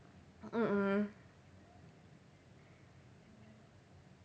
mmhmm